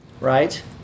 right